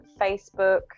Facebook